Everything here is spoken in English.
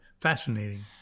fascinating